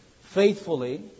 Faithfully